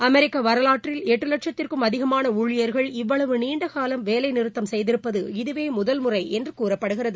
அமெிக்க வரவாற்றில் எட்டு வட்சத்திற்கும் அதிகமான ஊழியர்கள் இவ்வளவு நீண்டகாலம் வேலைநிறுத்தம் செய்திருப்பது இதுவே முதல்முறை என்று கூறப்படுகிறது